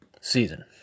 season